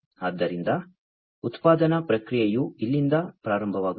ಆದ್ದರಿಂದ ಉತ್ಪಾದನಾ ಪ್ರಕ್ರಿಯೆಯು ಇಲ್ಲಿಂದ ಪ್ರಾರಂಭವಾಗುತ್ತದೆ